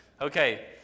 Okay